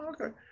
okay